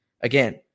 Again